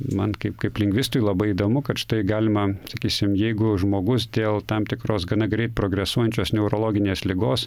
man kaip kaip lingvistui labai įdomu kad štai galima sakysim jeigu žmogus dėl tam tikros gana greit progresuojančios neurologinės ligos